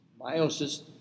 Meiosis